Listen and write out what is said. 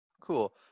cool